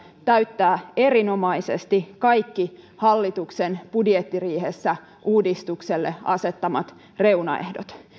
täyttää erinomaisesti kaikki hallituksen budjettiriihessä uudistukselle asettamat reunaehdot